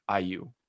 iu